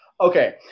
Okay